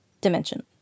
Dimension